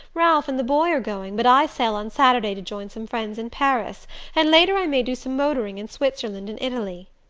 ralph and the boy are going, but i sail on saturday to join some friends in paris and later i may do some motoring in switzerland an italy.